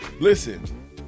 listen